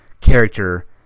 character